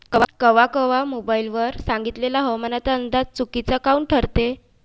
कवा कवा मोबाईल वर सांगितलेला हवामानाचा अंदाज चुकीचा काऊन ठरते?